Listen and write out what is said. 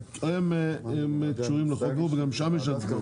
הם קשורים לחוק וגם שם יש הסדרים,